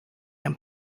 and